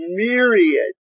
myriad